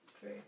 true